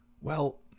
Well